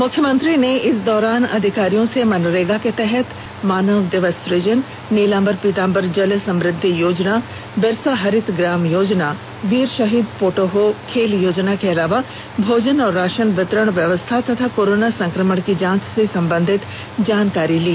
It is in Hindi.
मुख्यमंत्री ने इस दौरान अधिकारियों से मनरेगा के तहत मानव दिवस सुजन नीलांबर पीताम्बर जल समुद्धि योजना बिरसा हरित ग्राम योजना वीर शहीद पोटो हो खेल योजना के अलावा भोजन और राशन वितरण व्यवस्था तथा कोरोना संक्रमण की जांच से संबंधित जानकारी ली